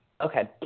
Okay